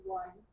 one